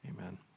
Amen